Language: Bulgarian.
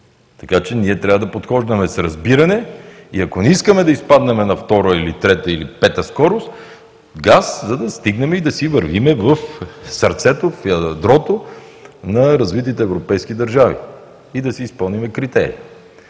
Така че ние трябва да подхождаме с разбиране и ако не искаме да изпаднем на втора, трета или пета скорост – газ, за да стигнем и да си вървим в сърцето, в ядрото на развитите европейски държави, и да си изпълним критерия.